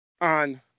On